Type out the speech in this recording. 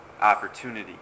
opportunity